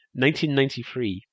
1993